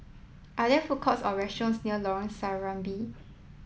are there food courts or restaurants near Lorong Serambi